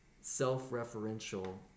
self-referential